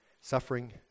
suffering